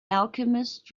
alchemist